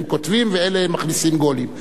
הם כותבים ואלה הם מכניסים גולים.